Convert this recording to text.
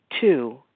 Two